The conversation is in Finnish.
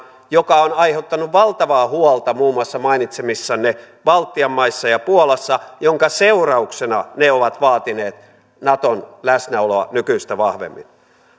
mikä on aiheuttanut valtavaa huolta muun muassa mainitsemissanne baltian maissa ja puolassa ja minkä seurauksena ne ovat vaatineet naton läsnäoloa nykyistä vahvemmin